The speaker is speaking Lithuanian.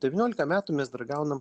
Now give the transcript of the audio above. devyniolika metų mes dar gaunam